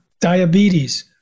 diabetes